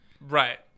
Right